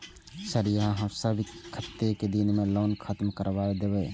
Sir यहाँ सब कतेक दिन में लोन खत्म करबाए देबे?